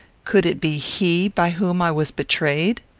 could it be he by whom i was betrayed?